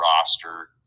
roster